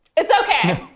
it's okay.